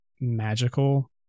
magical